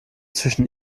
zwischen